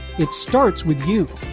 it's starts with you!